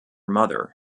mother